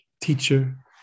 teacher